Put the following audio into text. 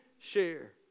share